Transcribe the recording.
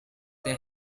they